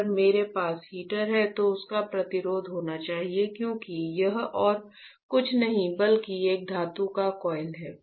अगर मेरे पास हीटर है तो उसका प्रतिरोध होना चाहिए क्योंकि यह और कुछ नहीं बल्कि एक धातु का कोइल है